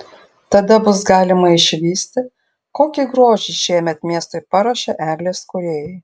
tada bus galima išvysti kokį grožį šiemet miestui paruošė eglės kūrėjai